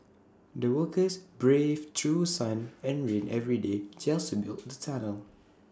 the workers braved through sun and rain every day just to build the tunnel